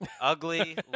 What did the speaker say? Ugly